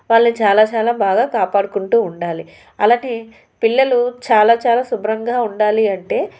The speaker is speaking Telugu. వాళ్ళని చాలా చాలా బాగా కాపాడుకుంటూ ఉండాలి అలాంటి పిల్లలు చాలా చాలా శుభ్రంగా ఉండాలి అంటే